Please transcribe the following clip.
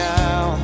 now